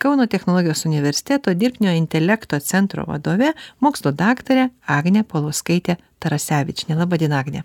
kauno technologijos universiteto dirbtinio intelekto centro vadove mokslų daktare agne paulauskaite tarasevičiene laba diena agne